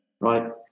Right